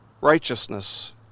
righteousness